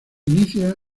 inicia